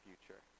future